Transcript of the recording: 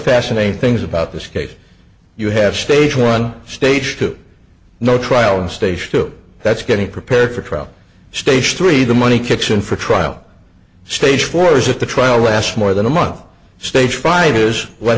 fascinating things about this case you have stage one stage two no trial stage two that's getting prepared for trial stage three the money kitchen for trial stage four hours of the trial last more than a month stage fine is what